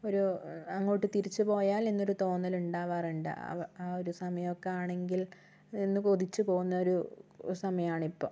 ഒരു അങ്ങോട്ട് തിരിച്ചുപോയാൽ എന്നൊരു തോന്നൽ ഉണ്ടാകാറുണ്ട് ആ ആ ഒരു സമയമൊക്കെ ആണെങ്കിൽ എന്ന് കൊതിച്ചുപോകുന്നോരു സമയമാണിപ്പം